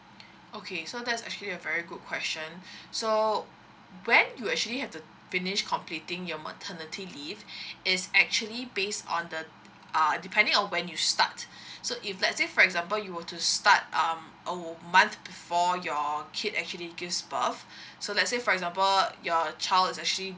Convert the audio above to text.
okay so that's actually a very good question so when do you actually have to finish completing your maternity leave is actually based on the err depending on when you start so if let's say for example you were to start um a month before your kid actually gives birth so let's say for example your child is actually